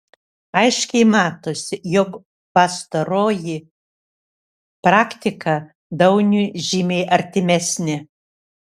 aiškiai matosi jog pastaroji praktika dauniui žymiai artimesnė